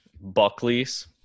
buckley's